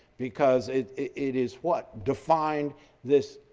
because it it is what? defined this